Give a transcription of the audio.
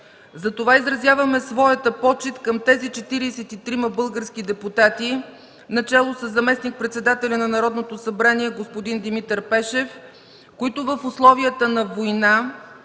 Затова изразяваме своята почит към тези 43-ма български депутати, начело със заместник-председателя на Народното събрание господин Димитър Пешев,